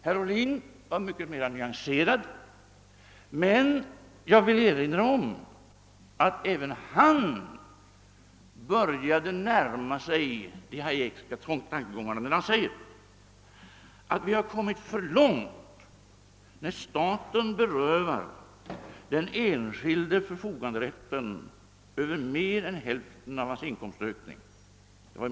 Bertil Ohlin var mycket mer nyanserad, men även han närmade sig de Hayekska tankegångarna när han i mitten av 1950-talet sade att man kommit för långt när staten berövar den enskilde förfoganderätten över mer än hälften av hans inkomstökning.